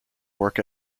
work